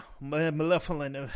malevolent